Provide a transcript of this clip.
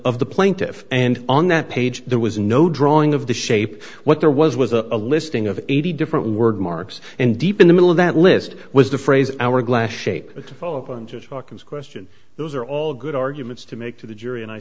of the plaintiffs and on that page there was no drawing of the shape what there was was a a listing of eighty different words marks and deep in the middle of that list was the phrase hourglass shape to follow up on just talk of the question those are all good arguments to make to the jury and i